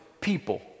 people